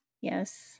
Yes